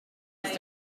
metro